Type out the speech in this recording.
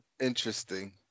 Interesting